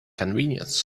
convenience